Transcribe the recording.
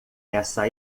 essa